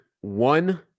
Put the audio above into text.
one